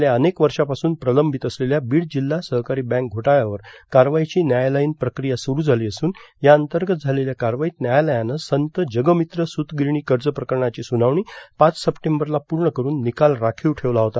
गेल्या अनेक वर्षापासून प्रलंबित असलेल्या बीड जिल्हा सहकारी बँक घोटाळ्यावर कारवाईची न्यायालयीन प्रक्रिया सुरू झाली असून या अंतर्गत झालेल्या कारवाईत न्यायालयानं संत जगमित्र स्रुतगिरणी कर्ज प्रकरणाची स्रुनावणी पाच सप्टेंबरला पूर्ण करून निकाल राखीव ठेवला होता